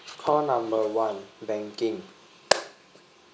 call number one banking